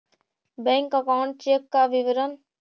Bank account check का विवरण?